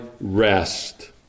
rest